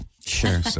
Sure